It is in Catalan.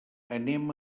anem